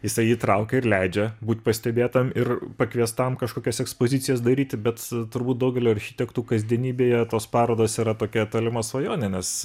jisai įtraukia ir leidžia būt pastebėtam ir pakviestam kažkokias ekspozicijos daryti bet turbūt daugelio architektų kasdienybėje tos parodos yra tokia tolima svajonė nes